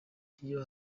iyo